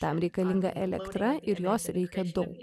tam reikalinga elektra ir jos reikia daug